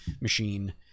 machine